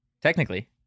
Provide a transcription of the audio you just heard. Technically